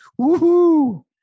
Woohoo